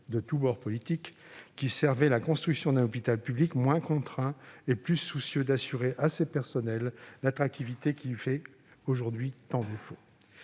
de tous bords politiques, servant la construction d'un hôpital public moins contraint et plus soucieux d'assurer à ses personnels l'attractivité qui lui fait aujourd'hui tant défaut.